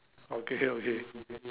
okay okay